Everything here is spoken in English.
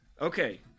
Okay